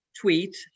tweet